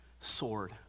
Sword